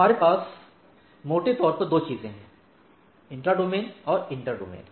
हमारे पास मोटे तौर पर 2 चीजें हैं इंट्रा डोमेन और इंटर डोमेन